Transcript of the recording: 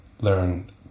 learn